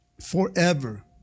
forever